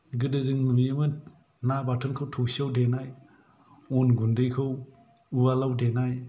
गोदो जों नुयोमोन ना बाथोनखौ थौसियाव देनाय अन गुन्दैखौ उवालाव देनाय